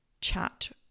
chat